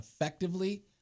effectively